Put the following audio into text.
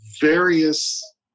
various